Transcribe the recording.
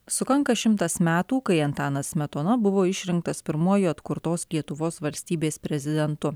sukanka šimtas metų kai antanas smetona buvo išrinktas pirmuoju atkurtos lietuvos valstybės prezidentu